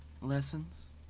lessons